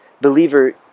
Believer